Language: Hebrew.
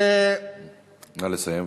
נא לסיים.